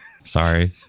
Sorry